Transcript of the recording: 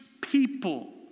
people